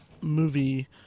movie